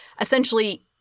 essentially